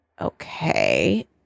Okay